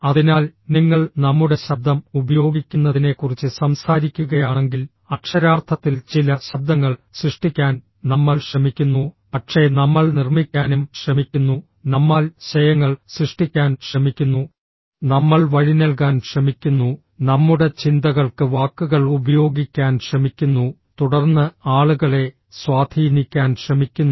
അതിനാൽ നിങ്ങൾ നമ്മുടെ ശബ്ദം ഉപയോഗിക്കുന്നതിനെക്കുറിച്ച് സംസാരിക്കുകയാണെങ്കിൽ അക്ഷരാർത്ഥത്തിൽ ചില ശബ്ദങ്ങൾ സൃഷ്ടിക്കാൻ നമ്മൾ ശ്രമിക്കുന്നു പക്ഷേ നമ്മൾ നിർമ്മിക്കാനും ശ്രമിക്കുന്നു നമ്മാൽ ശയങ്ങൾ സൃഷ്ടിക്കാൻ ശ്രമിക്കുന്നു നമ്മൾ വഴിനൽകാൻ ശ്രമിക്കുന്നു നമ്മുടെ ചിന്തകൾക്ക് വാക്കുകൾ ഉപയോഗിക്കാൻ ശ്രമിക്കുന്നു തുടർന്ന് ആളുകളെ സ്വാധീനിക്കാൻ ശ്രമിക്കുന്നു